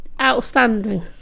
outstanding